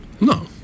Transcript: No